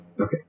Okay